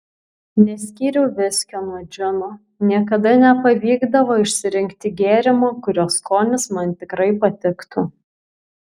neskyriau viskio nuo džino niekada nepavykdavo išsirinkti gėrimo kurio skonis man tikrai patiktų